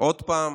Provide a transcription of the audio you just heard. עוד פעם